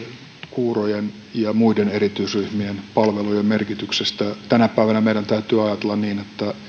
kuurojen ja muiden erityisryhmien palvelujen merkityksestä tänä päivänä meidän täytyy ajatella niin että